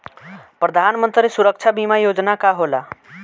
प्रधानमंत्री सुरक्षा बीमा योजना का होला?